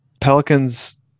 Pelicans